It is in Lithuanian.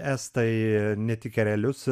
estai ne tik erelius